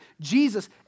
Jesus